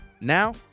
Now